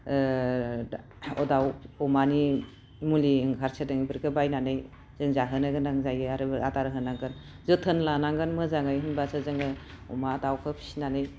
दाउ अमानि मुलि ओंखारसोदों बेफोरखौ बायनानै जों जाहोनो गोनां जायो आरो आदार होनांगोन जोथोन लानांगोन मोजाङै होम्बासो जोङो अमा दाउखो फिसिनानै